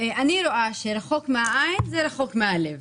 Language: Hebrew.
אני רואה שרחוק מהעין זה רחוק מהלב.